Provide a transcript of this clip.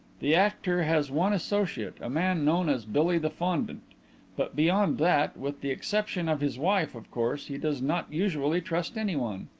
the actor has one associate, a man known as billy the fondant but beyond that with the exception of his wife, of course he does not usually trust anyone.